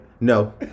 no